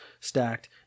stacked